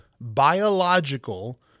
biological